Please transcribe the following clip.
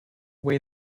way